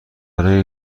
برای